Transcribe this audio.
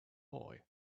boy